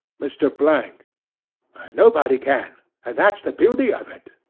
mr. blank nobody can, and that is the beauty of it.